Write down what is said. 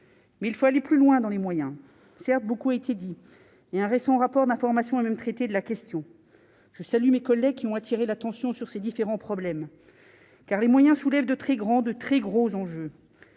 mais il faut aller plus loin dans les moyens certes beaucoup a été dit, il y a un récent rapport d'information a même traité de la question, je salue mes collègues qui ont attiré l'attention sur ces différents problèmes car les moyens soulève de très grand, de très gros enjeu,